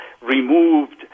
removed